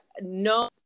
no